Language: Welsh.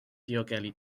diogelu